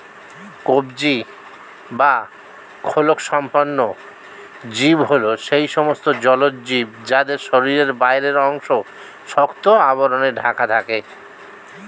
কবচী বা খোলকসম্পন্ন জীব হল সেই সমস্ত জলজ জীব যাদের শরীরের বাইরের অংশ শক্ত আবরণে ঢাকা থাকে